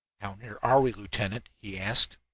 how near are we, lieutenant? he asked